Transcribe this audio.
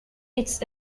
its